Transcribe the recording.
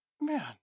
man